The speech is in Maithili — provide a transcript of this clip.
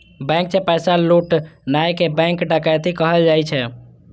बैंक सं पैसा लुटनाय कें बैंक डकैती कहल जाइ छै